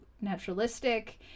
naturalistic